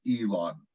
Elon